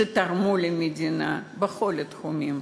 שתרמו למדינה בכל התחומים,